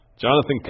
Jonathan